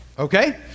Okay